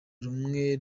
rumwe